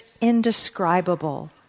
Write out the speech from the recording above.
indescribable